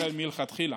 ישראל מלכתחילה.